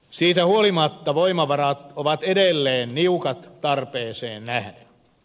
siitä huolimatta voimavarat ovat edelleen niukat tarpeeseen nähden